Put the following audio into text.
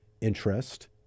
interest